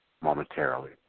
momentarily